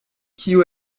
kio